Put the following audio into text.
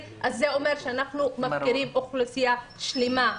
זה אומר שאנחנו מפקירים אוכלוסייה שלמה.